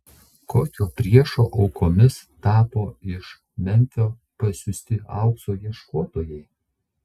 kokio priešo aukomis tapo iš memfio pasiųsti aukso ieškotojai